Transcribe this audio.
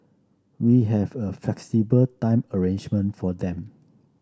we have a flexible time arrangement for them